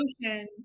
emotion